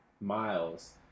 miles